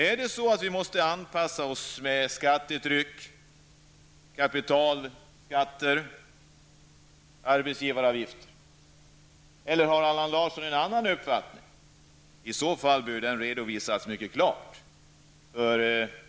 Är det så att vi måste anpassa oss med skattetryck, kapital, skatter, arbetsgivaravgifter, eller har Allan Larsson en annan uppfattning? I så fall bör den redovisas mycket klart.